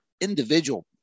individual